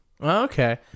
Okay